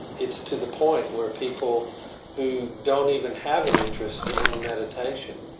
it's to the point where people who don't even have an interest in meditation,